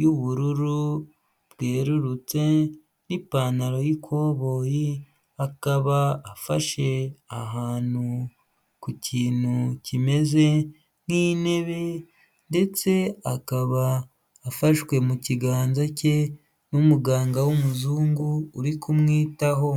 y'ubururu bwerurutse nipantaro yikoboyi akaba afashe ahantu ku kintu kimeze nk'intebe ndetse akaba afashwe mu kiganza cye n'umuganga w'umuzungu uri kumwitaho.